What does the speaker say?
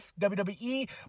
WWE